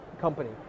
company